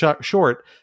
short